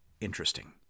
interesting